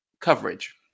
coverage